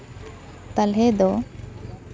ᱛᱟᱦᱞᱮ ᱫᱚ